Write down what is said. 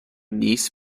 niece